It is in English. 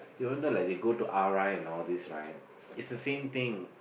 you know like they go to R_I all this right is the same thing